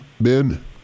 Ben